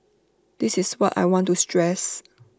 this is what I want to stress